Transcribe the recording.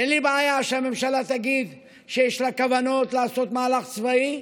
אין לי בעיה שהממשלה תגיד שיש לה כוונות לעשות מהלך צבאי,